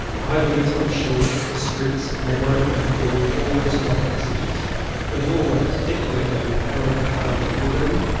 i went on shore. the streets nar row and cool, almost like passages the doorways decorated with arab carving within,